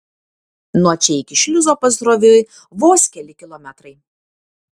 nuo čia iki šliuzo pasroviui vos keli kilometrai